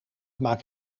maak